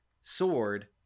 sword